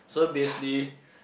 so basically